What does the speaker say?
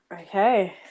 Okay